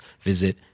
visit